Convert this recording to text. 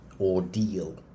Ordeal